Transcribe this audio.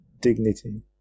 dignity